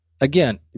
again